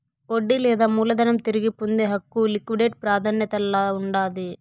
వడ్డీ లేదా మూలధనం తిరిగి పొందే హక్కు లిక్విడేట్ ప్రాదాన్యతల్ల ఉండాది